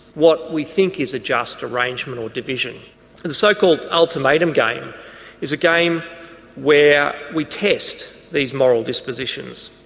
what we think is a just arrangement or division. the so called ultimatum game is a game where we test these moral dispositions.